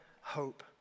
hope